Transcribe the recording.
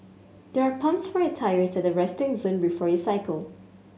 there are pumps for your tyres at the resting zone before you cycle